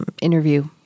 interview